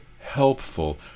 helpful